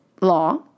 law